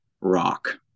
rock